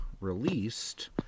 Released